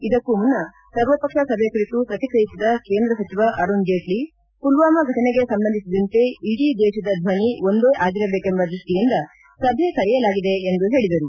ಇದಕ್ಕೂ ಮುನ್ನ ಸರ್ವ ಪಕ್ಷ ಸಭೆ ಕುರಿತು ಪ್ರಕ್ರಿಯಿಸಿದ ಕೇಂದ್ರ ಸಚಿವ ಅರುಣ್ ಜೇಟ್ಲ ಪುಲ್ವಾಮಾ ಫಟನೆಗೆ ಸಂಬಂಧಿಸಿದಂತೆ ಇಡೀ ದೇಶದ ಧ್ವನಿ ಒಂದೇ ಆಗಿರಬೇಕೆಂಬ ದೃಷ್ಟಿಯಿಂದ ಸಭೆ ಕರೆಯಲಾಗಿದೆ ಎಂದು ಹೇಳಿದರು